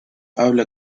habla